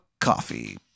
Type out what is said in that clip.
coffee